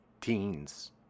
teens